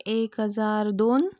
एक हजार दोन